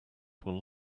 will